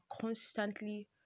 constantly